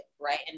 right